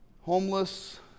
homeless